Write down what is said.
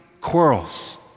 quarrels